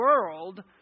world